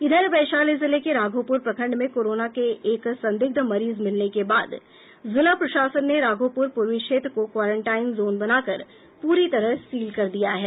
इधर वैशाली जिले के राघोपुर प्रखंड में कोरोना के एक संदिग्ध मरीज मिलने के बाद जिला प्रशासन ने राघोपुर पूर्वी क्षेत्र को क्वारेंटाइन जोन बनाकर पूरी तरह सील कर दिया गया है